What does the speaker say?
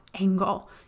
angle